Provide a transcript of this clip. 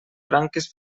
branques